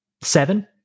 Seven